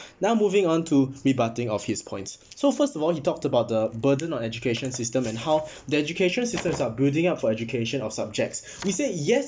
now moving on to rebutting of his points so first of all he talked about the burden on education system and how the education systems are building up for education of subjects we say yes